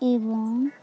ଏବଂ